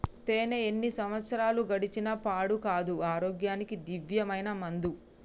తేనే ఎన్ని సంవత్సరాలు గడిచిన పాడు కాదు, ఆరోగ్యానికి దివ్యమైన మందు